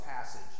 passage